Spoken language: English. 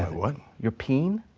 my what? your peen.